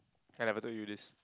I never told you this